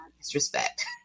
disrespect